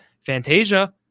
Fantasia